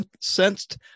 sensed